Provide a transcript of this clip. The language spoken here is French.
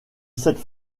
cette